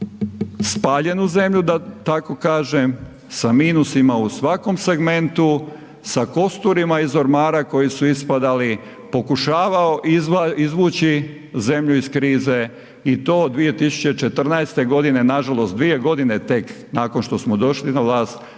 spaljenu zemlju, da tako kažem, sa minusima u svakom segmentu, sa kosturima iz ormara koji su ispadali, pokušavao izvući zemlju iz krize i to 2014. g., nažalost 2 g. tek nakon što došli na vlast